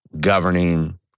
governing